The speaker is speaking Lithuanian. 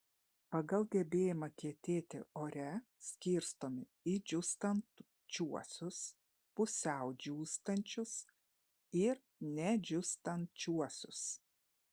pagal gebėjimą kietėti ore skirstomi į džiūstančiuosius pusiau džiūstančius ir nedžiūstančiuosius